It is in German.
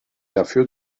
dafür